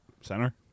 Center